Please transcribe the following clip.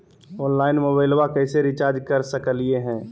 Online मोबाइलबा कैसे recharge कर सकलिए है?